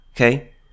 Okay